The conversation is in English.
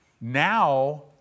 now